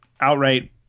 outright